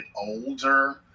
older